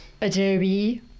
adobe